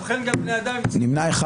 4 בעד, 7 נגד, 1 נמנע.